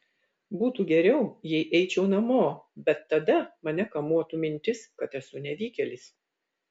būtų geriau jei eičiau namo bet tada mane kamuotų mintis kad esu nevykėlis